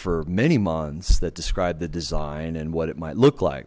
for many months that describe the design and what it might look like